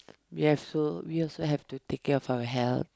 ya so we also have to take care of our health